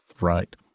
right